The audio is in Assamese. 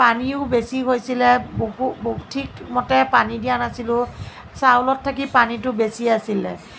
পানীও বেছি হৈছিলে বহুত বহু ঠিকমতে পানী দিয়া নাছিলোঁ চাউলত থাকি পানীটো বেছি আছিলে